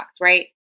right